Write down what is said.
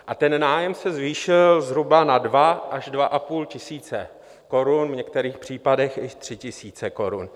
A ten nájem se zvýšil zhruba na 2 až 2,5 tisíce korun, v některých případech i 3 tisíce korun.